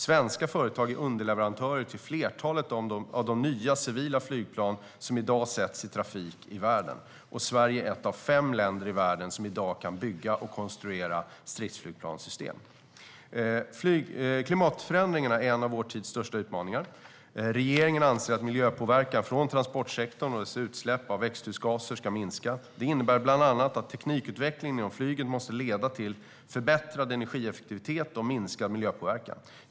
Svenska företag är underleverantörer till flertalet av de nya civila flygplan som i dag sätts i trafik i världen, och Sverige är ett av fem länder i världen som i dag kan bygga och konstruera stridsflygplanssystem. Klimatförändringarna är en av vår tids största utmaningar. Regeringen anser att miljöpåverkan från transportsektorn och dess utsläpp av växthusgaser ska minska. Det innebär bland annat att teknikutvecklingen inom flyget måste leda till förbättrad energieffektivitet och minskad miljöpåverkan.